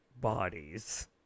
bodies